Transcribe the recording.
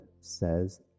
says